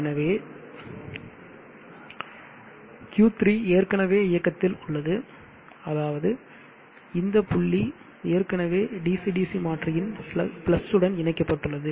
எனவே Q3 ஏற்கனவே இயக்கத்தில் உள்ளது அதாவது இந்த புள்ளி ஏற்கனவே DC DC மாற்றியின் பிளஸுடன் இணைக்கப்பட்டுள்ளது